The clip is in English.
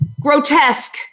grotesque